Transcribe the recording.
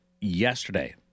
yesterday